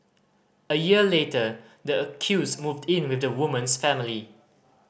a year later the accused moved in with the woman's family